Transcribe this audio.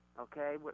okay